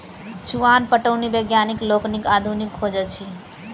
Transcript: चुआन पटौनी वैज्ञानिक लोकनिक आधुनिक खोज अछि